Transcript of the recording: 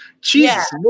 Jesus